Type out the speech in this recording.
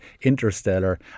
Interstellar